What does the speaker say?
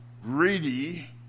greedy